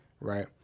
Right